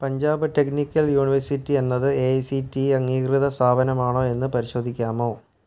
Punjab technical university എന്നത് A I C T E അംഗീകൃത സ്ഥാപനമാണോ എന്ന് പരിശോധിക്കാമോ